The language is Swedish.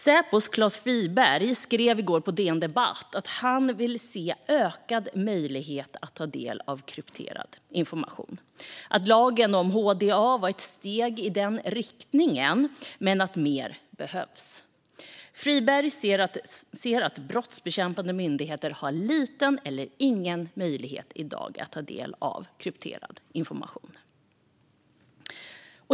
Säpos Klas Friberg skrev i går på DN Debatt att han vill se ökad möjlighet att ta del av krypterad information och att lagen om HDA var ett steg i den riktningen men att mer behövs. Friberg ser att brottsbekämpande myndigheter i dag har liten eller ingen möjlighet att ta del av krypterad information.